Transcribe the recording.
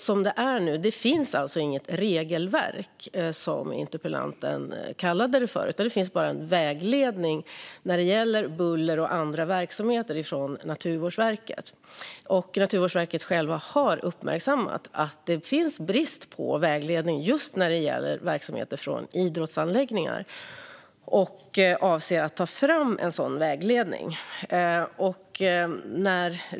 Som det är nu finns det inte något regelverk, som interpellanten kallade det, utan det finns bara en vägledning från Naturvårdsverket när det gäller buller och andra verksamheter. Naturvårdsverket själva har uppmärksammat att det råder brist på vägledning just när det gäller verksamheter på idrottsanläggningar, och de avser att ta fram en sådan vägledning.